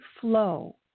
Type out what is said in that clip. flow